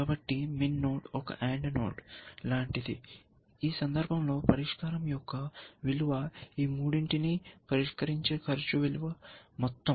కాబట్టి MIN node ఒక AND node లాంటిది ఈ సందర్భంలో పరిష్కారం యొక్క విలువ ఈ మూడింటిని పరిష్కరించే ఖర్చు విలువల మొత్తం